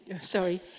Sorry